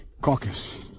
caucus